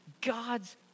God's